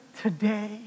today